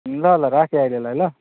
ल ल राखेँ अहिलेलाई ल